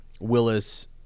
Willis